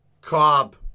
Cobb